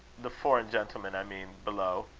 the foreign gentleman, i mean below?